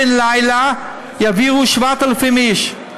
בן לילה יעבירו 7,000 איש.